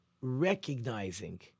recognizing